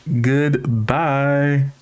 Goodbye